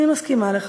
אני מסכימה לכך.